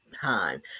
time